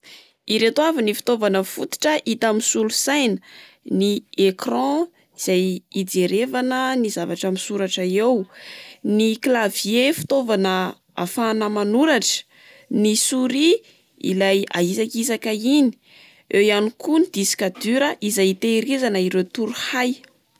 Ireto avy ny fitaovana fototra hita amin'ny solosaina: ny écran izay ijerevana ny zavatra misoratra eo, ny clavier fitaovana ahafahana manoratra, ny souris ilay aisakisaka iny. Eo ihany koa ny disque dur izay itehirizana ireo toro hay.